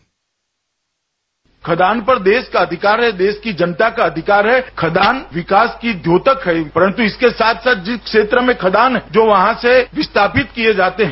bite खदान पर देश का अधिकार है देश की जनता का अधिकार है खदान विकास की द्योतक है परंतु इसके साथ साथ जिस क्षेत्र में खदान है जो वहां से विस्थापित किये जाते हैं